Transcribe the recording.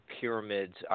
pyramids